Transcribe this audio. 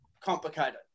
complicated